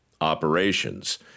operations